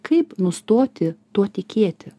kaip nustoti tuo tikėti